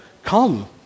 Come